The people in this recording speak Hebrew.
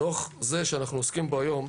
דוח זה שאנחנו עוסקים בו היום,